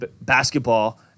basketball